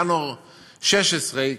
ינואר 16',